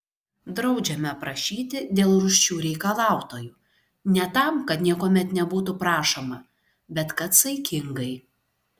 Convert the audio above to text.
draudžiame prašyti dėl rūsčių reikalautojų ne tam kad niekuomet nebūtų prašoma bet kad saikingai